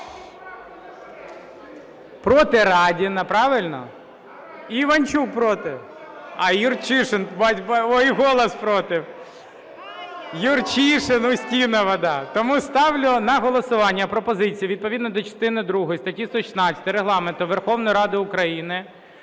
Проти Радіна. Правильно? І Іванчук проти, і Юрчишин, і "Голос"проти. Юрчишин, Устінова. Тому ставлю на голосування пропозицію відповідно до частини другої статті 116 Регламенту Верховної Ради України